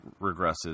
regresses